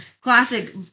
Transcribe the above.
Classic